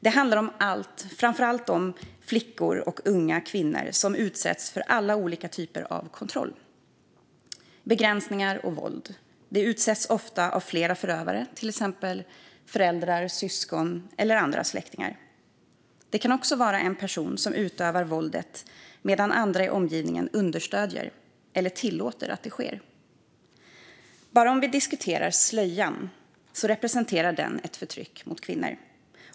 Det handlar framför allt om flickor och unga kvinnor som utsätts för olika typer av kontroll, begränsningar och våld. De utsätts ofta av flera förövare, till exempel av föräldrar, syskon och andra släktingar. Det kan också vara en person som utövar våldet medan andra i omgivningen understöder eller tillåter att det sker. Vi kan diskutera slöjan. Den representerar ett förtryck mot kvinnor.